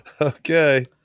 Okay